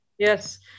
Yes